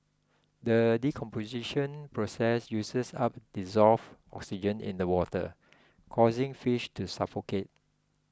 the decomposition process uses up dissolved oxygen in the water causing fish to suffocate